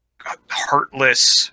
heartless